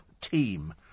team